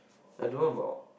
I don't know about